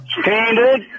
Standard